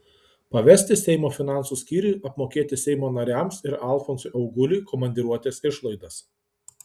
pavesti seimo finansų skyriui apmokėti seimo nariams ir alfonsui auguliui komandiruotės išlaidas